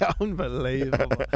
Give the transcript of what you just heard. Unbelievable